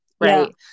Right